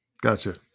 Gotcha